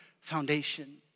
foundation